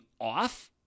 off